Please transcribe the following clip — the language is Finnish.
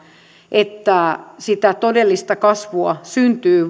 että sitä todellista kasvua syntyy